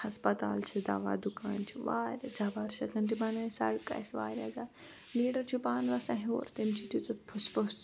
ہسپَتال چھِ دَوا دُکان چھِ واریاہ جَبار شیخَن تہِ بنایہِ سَڑکہٕ اَسہِ واریاہ زیادٕ لیٖڈر چھُ پانہٕ بسان ہیوٚر تٔمۍ چھِ